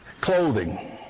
clothing